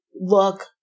look